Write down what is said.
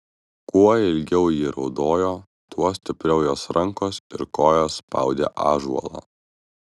kuo ilgiau ji raudojo tuo stipriau jos rankos ir kojos spaudė ąžuolą